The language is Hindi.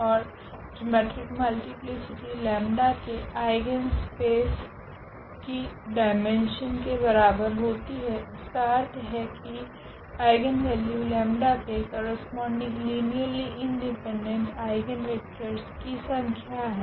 ओर जिओमेट्रिक मल्टीप्लीसिटी लेम्डा 𝜆 के आइगनस्पेस की डाइमैन्शन के बराबर होती है इसका अर्थ है की आइगनवेल्यू लेम्डा 𝜆 के करस्पोंडिंग लीनियरली इंडिपेंडेंट आइगनवेक्टरस की संख्या है